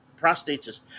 prostates